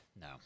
no